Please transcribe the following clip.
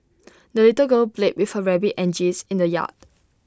the little girl played with her rabbit and geese in the yard